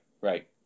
right